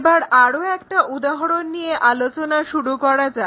এবার আরও একটা উদাহরণ নিয়ে আলোচনা শুরু করা যাক